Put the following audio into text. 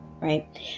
right